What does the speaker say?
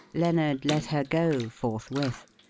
lennard let her go forthwith,